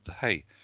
hey